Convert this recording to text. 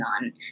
on